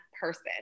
Person